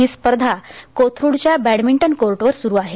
ही स्पर्धा कोथरुडच्या बॅडमिंटन कोर्टवर सुरू आहे